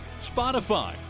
Spotify